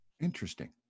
Interesting